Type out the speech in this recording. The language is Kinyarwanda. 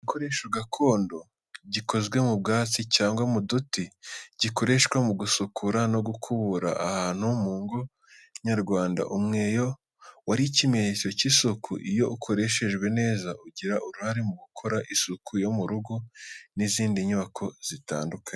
Umweyo ni igikoresho gakondo gikozwe mu byatsi cyangwa mu duti, gikoreshwa mu gusukura no gukubura ahantu. Mu ngo nyarwanda, umweyo wari ikimenyetso cy’isuku, iyo ukoreshejwe neza, ugira uruhare mu gukora isuku yo mu rugo n’izindi nyubako zitandukanye.